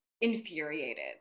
infuriated